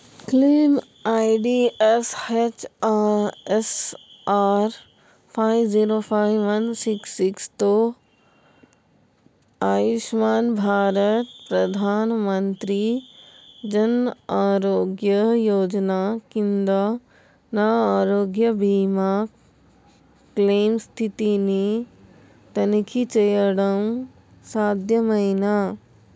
claim ID S H S R five zero five one six సిక్స్తో ఆయుష్మాన్ భారత్ ప్రధాన మంత్రి జన్ ఆరోగ్య యోజన క్రింద నా ఆరోగ్య బీమా క్లెయిమ్ స్థితిని తనిఖీ చేయడం సాధ్యమేనా